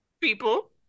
people